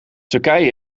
turkije